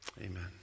Amen